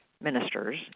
ministers